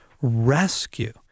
rescue